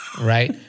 Right